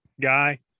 guy